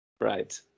Right